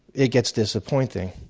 it gets disappointing.